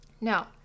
Now